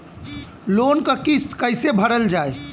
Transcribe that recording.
Loan क किस्त कैसे भरल जाए?